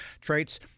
traits